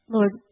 Lord